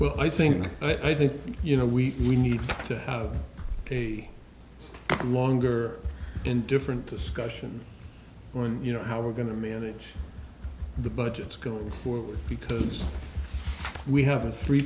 well i think i think you know we we need to have a longer and different discussion when you know how we're going to manage the budgets going forward because we have a three